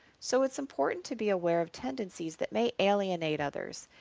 so it's important to be aware of tendencies that may alienate others,